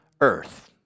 earth